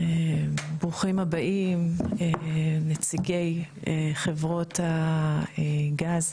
ברוכים הבאים נציגי חברות הגז.